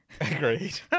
Agreed